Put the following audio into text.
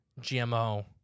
GMO